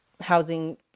housing